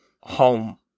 Home